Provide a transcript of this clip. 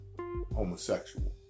homosexual